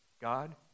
God